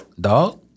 dog